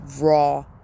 raw